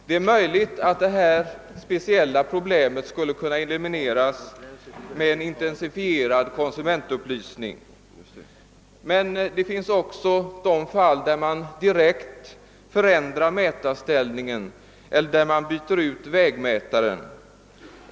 Det är möjligt att detta speciella problem skulle kunna elimineras med en intensifierad konsumentupplysning, men det finns också fall där mätarställningen direkt ändrats eller där vägmätaren bytts ut.